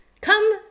come